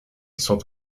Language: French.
sont